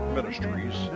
Ministries